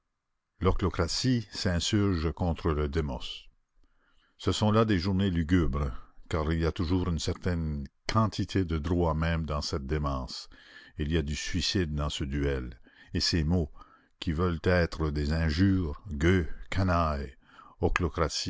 l'ochlocratie s'insurge contre le démos ce sont là des journées lugubres car il y a toujours une certaine quantité de droit même dans cette démence il y a du suicide dans ce duel et ces mots qui veulent être des injures gueux canaille